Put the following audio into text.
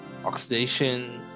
oxidation